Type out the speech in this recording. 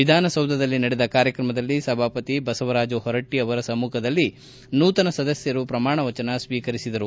ವಿಧಾನಸೌಧದಲ್ಲಿ ನಡೆದ ಕಾರ್ಯಕ್ರಮದಲ್ಲಿ ಸಭಾಪತಿ ಬಸವರಾಜು ಹೊರಟ್ಟ ಅವರ ಸಮ್ಮಖದಲ್ಲಿ ನೂತನ ಸದಸ್ದರು ಪ್ರಮಾಣವಚನ ಸ್ವೀಕರಿಸಿದರು